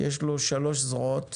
שיש לו שלוש זרועות,